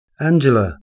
Angela